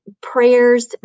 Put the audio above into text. prayers